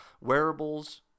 Wearables